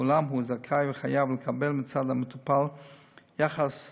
אולם הוא זכאי וחייב לקבל מצד המטופל יחס מכבד,